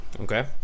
Okay